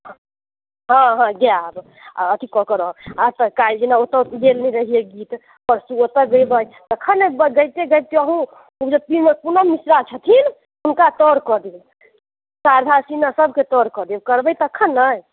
हँ हँ गायब आ अथी कऽ के रहब आ तऽ काल्हि जेना ओतऽ गेल रहिए गीत परसू ओते जयबै तखन ने गबिते गबिते अहुँ पूनम मिश्रा छथिन हुनका तर कऽ देबै शारदा सिन्हा सबके तर कऽ देब करबै तखन ने